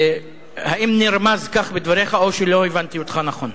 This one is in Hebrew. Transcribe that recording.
האם נרמז כך בדבריך, או שלא הבנתי אותך נכון?